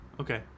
Okay